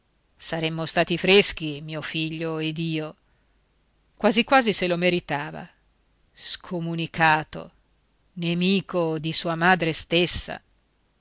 saremmo stati freschi mio figlio ed io quasi quasi se lo meritava scomunicato nemico di sua madre stessa